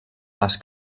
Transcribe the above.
les